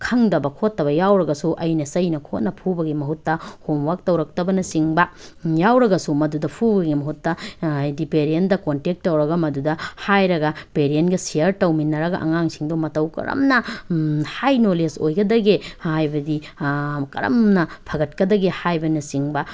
ꯈꯪꯗꯕ ꯈꯣꯠꯇꯕ ꯌꯥꯎꯔꯒꯁꯨ ꯑꯩꯅ ꯆꯩꯅ ꯈꯨꯠꯅ ꯐꯨꯕꯒꯤ ꯃꯍꯨꯠꯇ ꯍꯣꯝꯋꯥꯛ ꯇꯧꯔꯛꯇꯕꯅꯆꯤꯡꯕ ꯌꯥꯎꯔꯒꯁꯨ ꯃꯗꯨꯗ ꯐꯨꯕꯒꯤ ꯃꯍꯨꯠꯇ ꯍꯥꯏꯗꯤ ꯄꯦꯔꯦꯟꯗ ꯀꯣꯟꯇꯦꯛ ꯇꯧꯔꯒ ꯃꯗꯨꯗ ꯍꯥꯏꯔꯒ ꯄꯦꯔꯦꯟꯒ ꯁꯤꯌꯥꯔ ꯇꯧꯃꯤꯟꯅꯔꯒ ꯑꯉꯥꯡꯁꯤꯡꯗꯣ ꯃꯇꯧ ꯀꯔꯝꯅ ꯍꯥꯏ ꯅꯣꯂꯦꯁ ꯑꯣꯏꯒꯗꯒꯦ ꯍꯥꯏꯕꯗꯤ ꯀꯔꯝꯅ ꯐꯒꯠꯀꯗꯒꯦ ꯍꯥꯏꯕꯅꯆꯤꯡꯕ